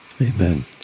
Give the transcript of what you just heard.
Amen